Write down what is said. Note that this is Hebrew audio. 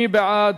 מי בעד?